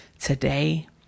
today